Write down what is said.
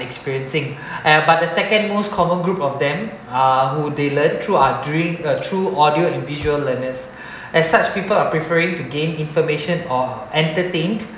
experiencing uh but the second most common group of them uh who they learn through uh through audio and visual learners as such people are preferring to gain information or entertained